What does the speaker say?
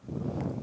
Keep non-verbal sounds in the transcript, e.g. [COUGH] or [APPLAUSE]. [BREATH]